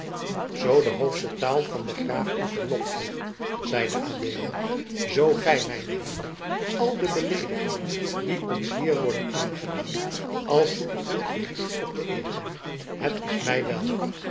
zoo de hoofsche taal van den graaf u verlokt heeft zeide adeelen zoo gij mijne heeren al de beleedigingen die ons hier worden aangedaan als zoete koek gelieft op te eten het is mij wel